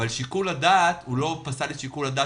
אבל הוא לא פסל עדיין את שיקול הדעת